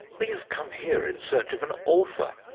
we have come here in search of an author?